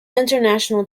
international